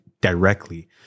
directly